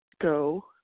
go